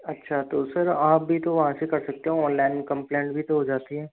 अच्छा तो सर आप भी तो वहाँ से कर सकते हो ऑनलाइन कंप्लेंट भी तो हो जाती है